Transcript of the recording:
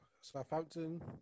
Southampton